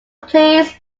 please